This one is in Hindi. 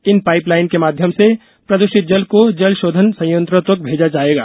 इन पाइप लाइन के माध्यम से प्रदृषित जल को जल षोधन संयंत्रों तक भेजा जाएगा